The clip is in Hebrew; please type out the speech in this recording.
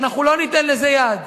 ואנחנו לא ניתן לזה יד.